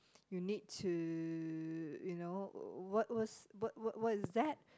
you need to you know what was what what what is that